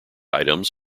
items